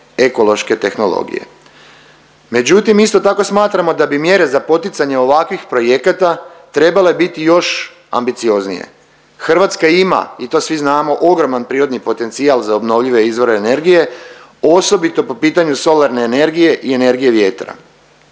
ekološke tehnologije. Međutim, isto tako smatramo da bi mjere za poticanje ovakvih projekata trebale biti još ambicioznije. Hrvatska ima i to svi znamo ogroman prirodni potencijal za obnovljive izvore energije osobito po pitanju solarne energije i energije vjetra,